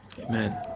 Amen